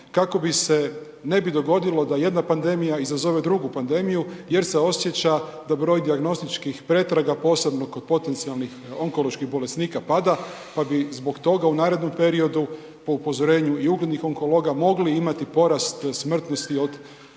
kako bi se ne bi dogodilo da jedna pandemija izazove drugu pandemiju jer se osjeća da broj dijagnostičkih pretraga, posebno kod potencijalnih onkoloških bolesnika pada, pa bi zbog toga u narednom periodu, po upozorenju i uglednih onkologa, mogli imati porast smrtnosti od bolesti,